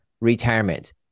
retirement